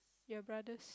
your brothers